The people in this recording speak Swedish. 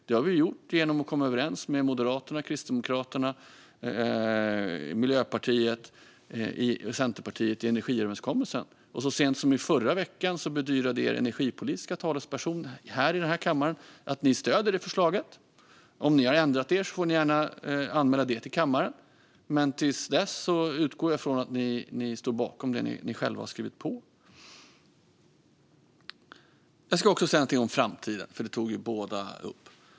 Det har vi gjort genom att komma överens med Moderaterna, Kristdemokraterna, Miljöpartiet och Centerpartiet i energiöverenskommelsen. Så sent som i förra veckan bedyrade ju er energipolitiska talesperson här i kammaren att ni stöder förslaget, Boriana Åberg. Om ni har ändrat er får ni gärna anmäla det till kammaren, men till dess utgår jag ifrån att ni står bakom det ni själva har skrivit på. Jag ska också säga någonting om framtiden, för den tog båda debattörerna upp.